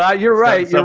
ah you're right. so